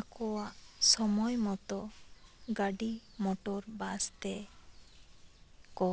ᱟᱠᱚᱣᱟᱜ ᱥᱚᱢᱚᱭ ᱢᱚᱛᱚ ᱜᱟᱹᱰᱤ ᱢᱚᱴᱚᱨ ᱵᱟᱥᱛᱮ ᱠᱚ